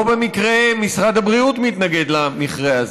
לא במקרה משרד הבריאות מתנגד למכרה הזה,